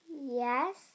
Yes